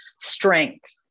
strength